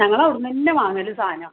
ഞങ്ങളവിട്ന്നന്നെ വാങ്ങൽ സാധനം